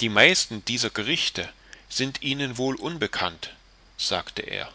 die meisten dieser gerichte sind ihnen wohl unbekannt sagte er